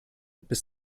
bis